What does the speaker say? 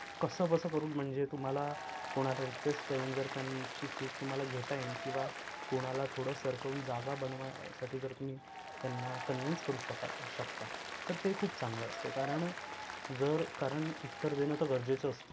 कसंबसं करून म्हणजे तुम्हाला कोणाला रिक्वेस्ट करून जर त्यांची सीट तुम्हाला घेता येईन किंवा कोणाला थोडं सरकवून जागा बनवण्यासाठी जर तुम्ही त्यांना कन्व्हीन्स करू शकाल शकता तर ते खूप चांगलं असतं कारण जर कारण उत्तर देणं तर गरजेचं असतं